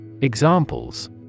Examples